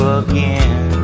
again